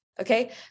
Okay